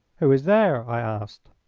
who is there? i asked.